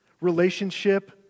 relationship